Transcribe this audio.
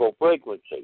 frequency